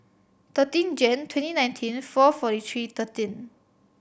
thirteen Jane twenty nineteen four forty three thirteen